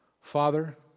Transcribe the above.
Father